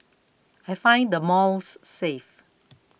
I find the malls safe